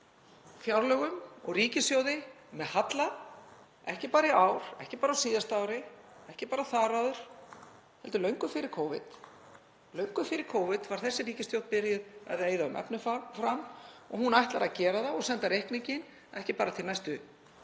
fjárlögum fyrir ríkissjóð með halla, ekki bara í ár, ekki bara á síðasta ári, ekki bara þar áður heldur löngu fyrir Covid. Löngu fyrir Covid var þessi ríkisstjórn byrjuð að eyða um efni fram og hún ætlar að gera það og senda reikninginn ekki bara til næstu